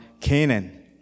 Canaan